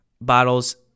bottles